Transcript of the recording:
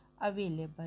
available